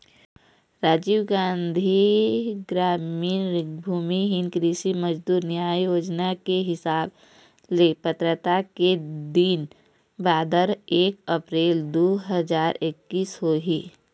राजीव गांधी गरामीन भूमिहीन कृषि मजदूर न्याय योजना के हिसाब ले पात्रता के दिन बादर एक अपरेल दू हजार एक्कीस होही